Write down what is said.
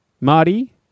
Marty